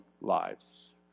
lives